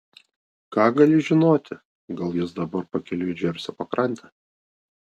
ką gali žinoti gal jis dabar pakeliui į džersio pakrantę